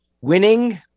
winning